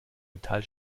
metall